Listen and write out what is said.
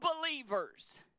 believers